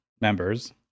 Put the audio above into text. members